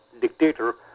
dictator